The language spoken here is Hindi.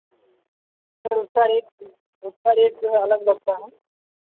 सर उसका रेट उसका रेट जो है अलग लगता है